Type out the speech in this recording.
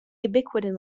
ubiquitin